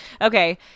Okay